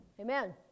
Amen